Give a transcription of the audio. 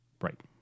Right